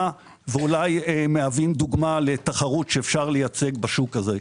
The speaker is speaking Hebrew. ואולי מהווים דוגמה לתחרות שאפשר לייצר בשוק הזה.